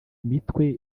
imitwe